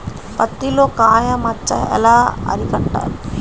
పత్తిలో కాయ మచ్చ ఎలా అరికట్టాలి?